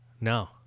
No